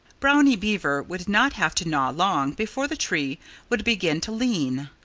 brownie beaver would not have to gnaw long before the tree would begin to lean.